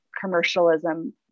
commercialism